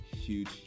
huge